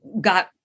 got